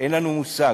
אין לנו מושג.